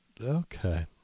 Okay